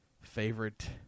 favorite